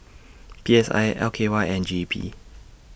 P S I L K Y and G E P